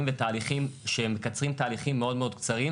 ותהליכים שמקצרים תהליכים מאוד קצרים,